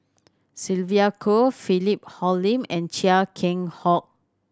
Sylvia Kho Philip Hoalim and Chia Keng Hock